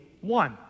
one